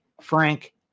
frank